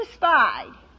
satisfied